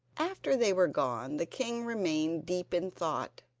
after they were gone the king remained deep in thought.